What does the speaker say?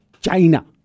China